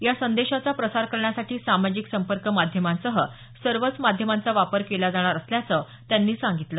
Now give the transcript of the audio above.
या संदेशाचा प्रसार करण्यासाठी सामाजिक संपर्क माध्यमांसह सर्वच माध्यमांचा वापर केला जाणार असल्याचं त्यांनी सांगितलं